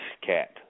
cat